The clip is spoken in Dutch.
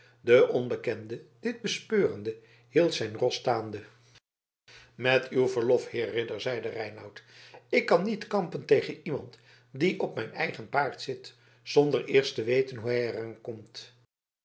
de onbekende dit bespeurende hield zijn ros staande met uw verlof heer ridder zeide reinout ik kan niet kampen tegen iemand die op mijn eigen paard zit zonder eerst te weten hoe